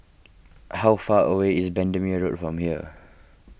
how far away is Bendemeer Road from here